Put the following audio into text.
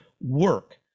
work